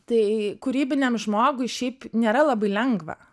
tai kūrybiniam žmogui šiaip nėra labai lengva